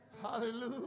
Hallelujah